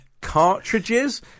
cartridges